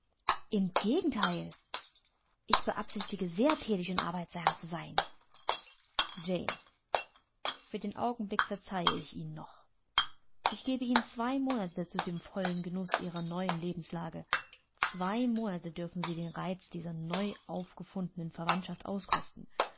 im gegenteil ich beabsichtige sehr thätig und arbeitsam zu sein jane für den augenblick verzeihe ich ihnen noch ich gebe ihnen zwei monate zu dem vollen genuß ihrer neuen lebenslage zwei monate dürfen sie den reiz dieser neu aufgefundenen verwandtschaft auskosten